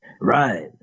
right